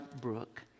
brook